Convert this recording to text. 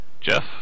Jeff